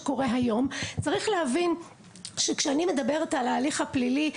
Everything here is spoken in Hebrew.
צריך להבין שכשאני מדברת על ההליך הפלילי,